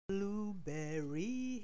Blueberry